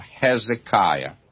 Hezekiah